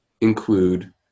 include